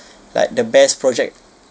like the best project